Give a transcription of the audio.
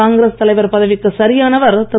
காங்கிரஸ் தலைவர் பதவிக்கு சரியானவர் திரு